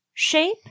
Shape